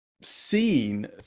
seen